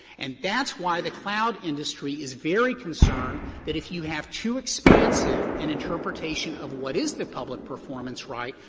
and that's why the cloud industry is very concerned that if you have too expansive an interpretation of what is the public performance right,